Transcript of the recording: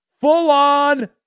Full-on